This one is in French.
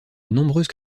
nombreuses